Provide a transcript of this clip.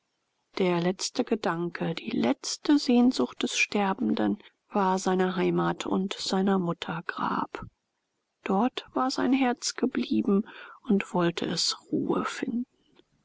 der letzte gedanke die letzte sehnsucht des sterbenden war seine heimat und seiner mutter grab dort war sein herz geblieben und wollte es ruhe finden